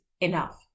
enough